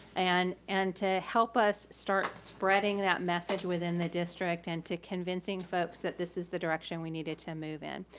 and and to help us start spreading that message within the district and to convincing folks that this is the direction we needed to move in.